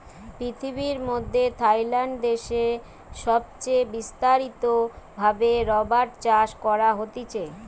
পৃথিবীর মধ্যে থাইল্যান্ড দেশে সবচে বিস্তারিত ভাবে রাবার চাষ করা হতিছে